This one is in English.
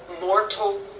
mortal